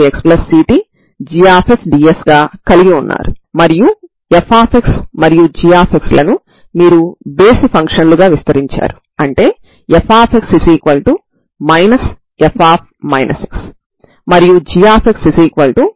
మీరు x domain ని మాత్రమే పరిశీలిస్తే అది పరిమితమైనది కాబట్టి దాని నుండి మీరు స్టర్మ్ లియోవిల్లే సమస్యను తీసుకున్నారు